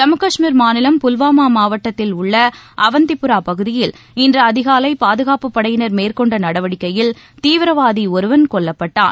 ஜம்மு காஷ்மீர் மாநிலம் புல்வாமா மாவட்டத்தில் உள்ள அவந்திப்புரா பகுதியில் இன்று அதிகாலை பாதுகாப்புப்படையினர் மேற்கொண்ட நடவடிக்கையில் தீவிரவாதி ஒருவன் கொல்லப்பட்டான்